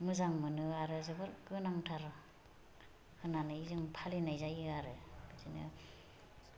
मोजां मोनो आरो जोबोद गोनांथार होननानै जों फालिनाय जायो आरो बिदिनो